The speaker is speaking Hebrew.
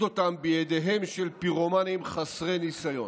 אותם בידיהם של פירומנים חסרי ניסיון,